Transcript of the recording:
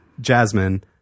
Jasmine